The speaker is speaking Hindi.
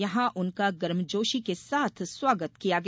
यहां उनका गर्मजोशी के साथ स्वागत किया गया